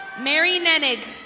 mary meddig.